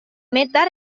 meta